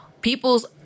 People's